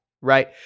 right